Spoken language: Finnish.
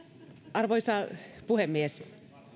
arvoisa puhemies